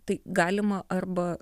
tai galima arba